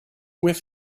with